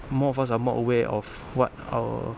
more of us are more aware of what our